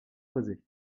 creusées